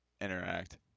interact